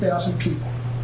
thousand people